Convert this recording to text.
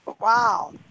wow